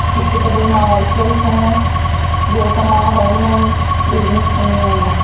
हिक त भई मां हाउसवाइफ आहियां ॿियो त मां ऑनलाइन बिज़निस कंदी आहियां